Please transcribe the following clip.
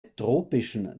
tropischen